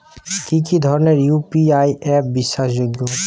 কি কি ধরনের ইউ.পি.আই অ্যাপ বিশ্বাসযোগ্য?